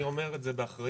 אני אומר את זה באחריות,